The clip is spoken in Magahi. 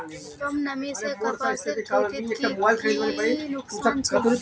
कम नमी से कपासेर खेतीत की की नुकसान छे?